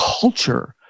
culture